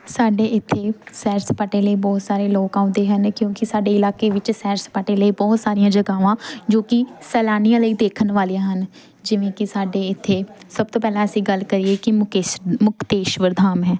ਸਾਡੇ ਇੱਥੇ ਸੈਰ ਸਪਾਟੇ ਲਈ ਬਹੁਤ ਸਾਰੇ ਲੋਕ ਆਉਂਦੇ ਹਨ ਕਿਉਂਕਿ ਸਾਡੇ ਇਲਾਕੇ ਵਿੱਚ ਸੈਰ ਸਪਾਟੇ ਲਈ ਬਹੁਤ ਸਾਰੀਆਂ ਜਗ੍ਹਾਵਾਂ ਜੋ ਕਿ ਸੈਲਾਨੀਆਂ ਲਈ ਦੇਖਣ ਵਾਲੀਆਂ ਹਨ ਜਿਵੇਂ ਕਿ ਸਾਡੇ ਇੱਥੇ ਸਭ ਤੋਂ ਪਹਿਲਾਂ ਅਸੀਂ ਗੱਲ ਕਰੀਏ ਕਿ ਮੁਕੇਸ਼ ਮੁਕਤੇਸ਼ਵਰ ਧਾਮ ਹੈ